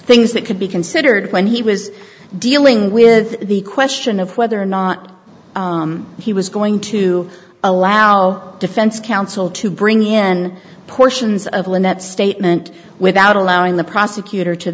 things that could be considered when he was dealing with the question of whether or not he was going to allow defense counsel to bring in portions of the in that statement without allowing the prosecutor to